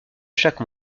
chaque